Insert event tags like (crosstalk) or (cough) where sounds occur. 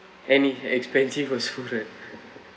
and it expensive also right (laughs)